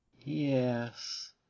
Yes